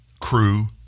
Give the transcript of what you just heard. crew